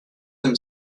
them